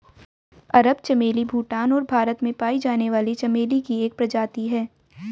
अरब चमेली भूटान और भारत में पाई जाने वाली चमेली की एक प्रजाति है